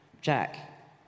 Jack